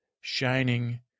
shining